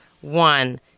one